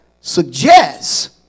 suggests